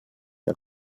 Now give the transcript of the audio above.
der